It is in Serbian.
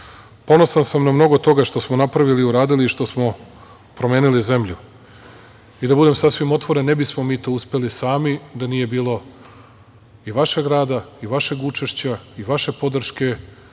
Ponosan sam na mnogo toga što smo napravili, uradili, što smo promenili zemlju. I da budem sasvim otvoren, ne bismo mi to uspeli sami, da nije bilo i vašeg rada i vašeg učešća i vaše podrške